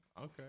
Okay